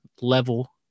level